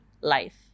life